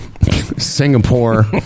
Singapore